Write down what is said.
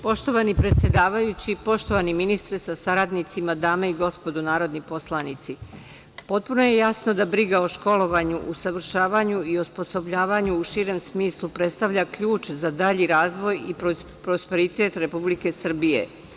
Poštovani predsedavajući, poštovani ministre sa saradnicima, dame i gospodo narodni poslanici, potpuno je jasno da briga o školovanju, o usavršavanju i osposobljavanju u širem smislu predstavlja ključ za dalji razvoj i prosperitet Republike Srbije.